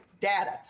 data